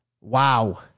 Wow